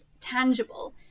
tangible